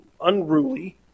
unruly